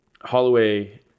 Holloway